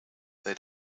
they